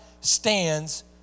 stands